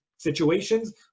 situations